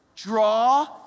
draw